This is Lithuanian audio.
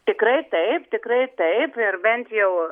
tikrai taip tikrai taip ir bent jau